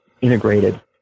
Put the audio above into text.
integrated